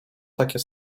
takie